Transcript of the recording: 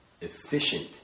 efficient